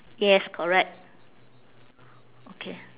yes correct okay